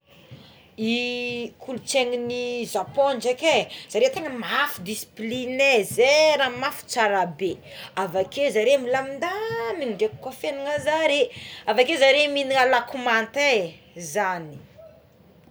I kolotsainin'i Japon ndraiky é zaré tegna mafy disiplininé ze raha mafy tsara be, avakeo zare milamindaminy dreky ko ny fiainanjareo avakeo zare mihignagna lako manta e zagny.